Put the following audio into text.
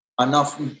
enough